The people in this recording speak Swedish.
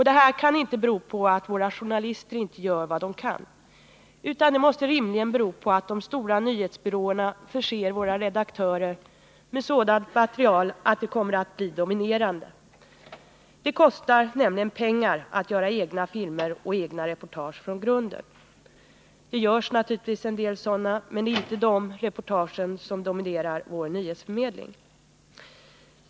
Det här kan inte bero på att våra journalister inte gör vad de kan, utan det måste rimligen bero på att de stora nyhetsbyråerna förser våra redaktörer med sådant material att det kommer att bli dominerande. Det kostar nämligen pengar att göra egna filmer och egna reportage från grunden. Det görs naturligtvis en del sådana, men det är inte de reportagen som dominerar vår nyhetsförmedling.